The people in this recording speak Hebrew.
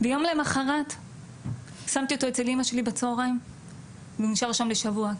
ויום למחרת שמתי אותו אצל אמא שלי בצוהריים והוא נשאר שם לשבוע,